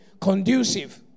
conducive